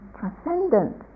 transcendent